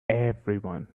everyone